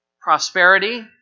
prosperity